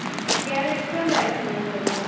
अच्छा क्या रेट चल रहा है इस समय सोना